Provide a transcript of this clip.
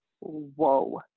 whoa